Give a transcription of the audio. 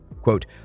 Quote